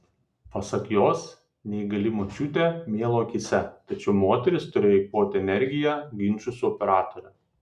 pasak jos neįgali močiutė mėlo akyse tačiau moteris turėjo eikvoti energiją ginčui su operatore